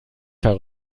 nicht